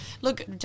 look